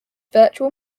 virtual